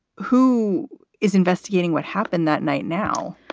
who is investigating what happened that night now?